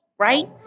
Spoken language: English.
Right